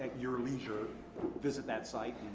your leisure visit that site